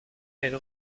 elle